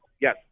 Yes